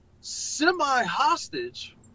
semi-hostage